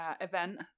event